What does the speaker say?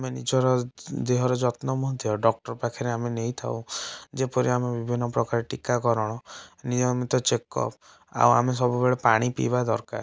ଆମେ ନିଜର ଦେହର ଯତ୍ନ ମଧ୍ୟ ଡକ୍ଟର ପାଖେରେ ଆମେ ନେଇଥାଉ ଯେପରି ଆମେ ବିଭିନ୍ନ ପ୍ରକାର ଟିକାକରଣ ନିୟମିତ ଚେକପ ଆଉ ଆମେ ସବୁବେଳେ ପାଣି ପିଇବା ଦରକାର